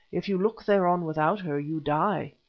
if you look thereon without her, you die.